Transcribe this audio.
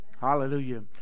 Hallelujah